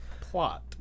plot